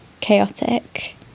chaotic